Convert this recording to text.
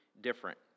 different